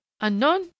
Unknown